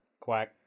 Quack